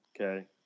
okay